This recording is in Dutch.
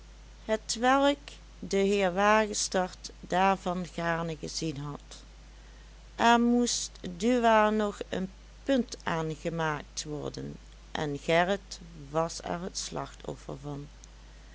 hetwelk de heer wagestert daarvan gaarne gezien had er moest dus nog een punt aan gemaakt worden en gerrit was er het slachtoffer van